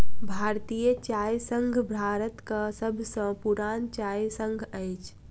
भारतीय चाय संघ भारतक सभ सॅ पुरान चाय संघ अछि